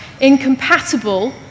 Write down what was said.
incompatible